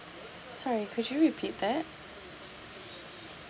sorry could you repeat that